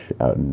out